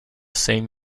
same